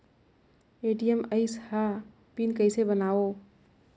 ATM आइस ह PIN कइसे बनाओ?